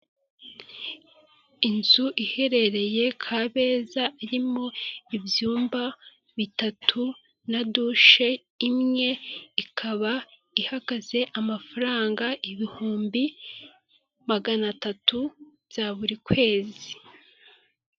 Amazu abiri matoya imwe isize amabara y’umuhondo, indi isize amabara y’umutuku, iyamabara y’umutuku yagenewe abakozi ba eyateri, iy'amabara y’umuhondo yagenewe abakozi ba emutiyeni.